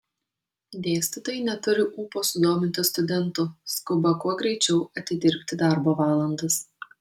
dėstytojai neturi ūpo sudominti studentų skuba kuo greičiau atidirbti darbo valandas